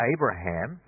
Abraham